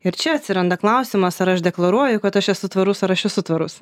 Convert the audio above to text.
ir čia atsiranda klausimas ar aš deklaruoju kad aš esu tvarus ar aš esu tvarus